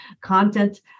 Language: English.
content